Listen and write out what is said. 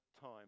time